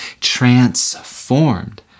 transformed